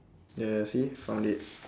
ya see found it